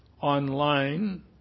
online